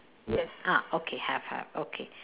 ah okay have have okay